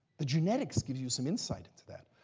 the genetics gives you some insight into that.